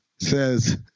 says